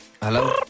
Hello